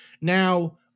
Now